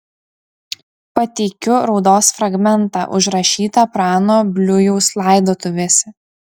pateikiu raudos fragmentą užrašytą prano bliujaus laidotuvėse